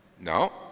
No